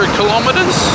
kilometers